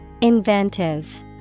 Inventive